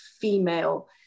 female